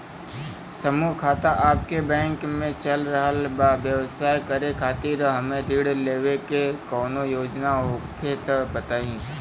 समूह खाता आपके बैंक मे चल रहल बा ब्यवसाय करे खातिर हमे ऋण लेवे के कौनो योजना होखे त बताई?